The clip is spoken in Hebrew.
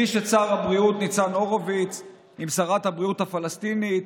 הפגיש את שר הבריאות ניצן הורוביץ' עם שרת הבריאות הפלסטינית,